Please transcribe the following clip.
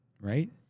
right